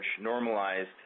normalized